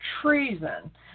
treason